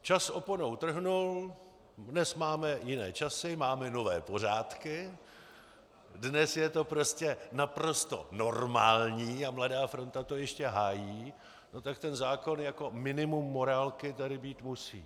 Čas oponou trhnul, dnes máme jiné časy, máme nové pořádky, dnes je to prostě naprosto normální a Mladá Fronta to ještě hájí, tak ten zákon jako minimum morálky tady být musí.